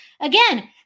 Again